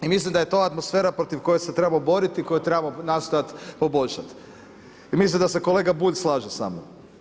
I mislim da je to atmosfera protiv koje se trebamo borit i koju trebamo nastojat poboljšat i mislim da se kolega Bulj slaže samnom.